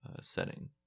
setting